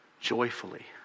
joyfully